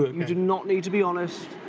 you do not need to be honest.